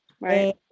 right